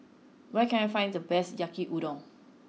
where can I find the best Yaki Udon